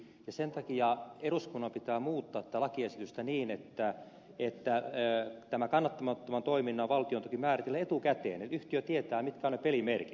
ja sen takia eduskunnan pitää muuttaa tätä lakiesitystä niin että tämä kannattamattoman toiminnan valtiontuki määritellään etukäteen että yhtiö tietää mitkä ovat ne pelimerkit